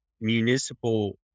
municipal